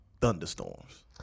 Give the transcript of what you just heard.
thunderstorms